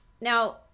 Now